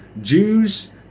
Jews